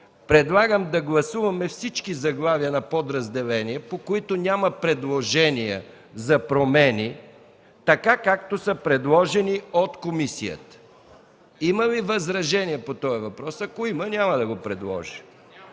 предлагам да гласуваме всички заглавия на подразделения, по които няма предложения за промени така, както са предложени от комисията. Има ли възражения по този въпрос? Ако има, няма да го предложа.